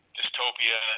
Dystopia